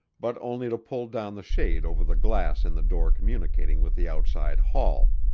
but only to pull down the shade over the glass in the door communicating with the outside hall.